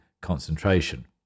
concentration